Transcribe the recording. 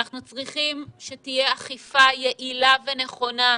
אנחנו צריכים שתהיה אכיפה יעילה ונכונה,